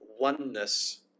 oneness